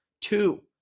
Two